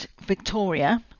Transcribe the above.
Victoria